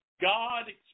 God